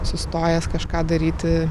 sustojęs kažką daryti